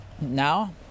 Now